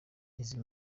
izi